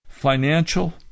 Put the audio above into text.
Financial